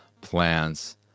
plants